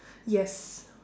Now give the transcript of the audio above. yes